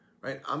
right